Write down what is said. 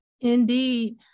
Indeed